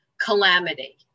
calamity